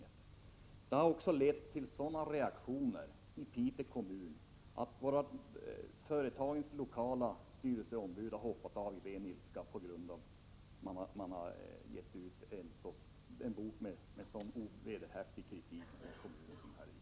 Det har också blivit sådana reaktioner i Piteå kommun, att företagens lokala styrelseombud har hoppat av i ren ilska på grund av att en bok med så ovederhäftig kritik givits ut.